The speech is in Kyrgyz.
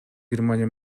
германия